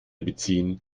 beziehen